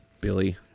Billy